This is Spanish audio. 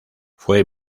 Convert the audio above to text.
fue